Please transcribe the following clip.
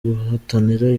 guhatanira